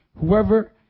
whoever